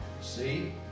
See